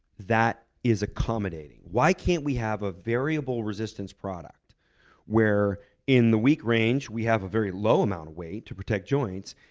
that is accommodating? why can't we have a variable resistance product where in the weak range, we have a very low amount of weight to protect joints.